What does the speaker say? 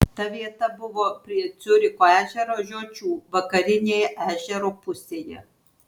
ta vieta buvo prie ciuricho ežero žiočių vakarinėje ežero pusėje